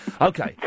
okay